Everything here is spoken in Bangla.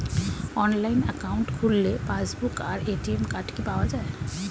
অনলাইন অ্যাকাউন্ট খুললে পাসবুক আর এ.টি.এম কার্ড কি পাওয়া যায়?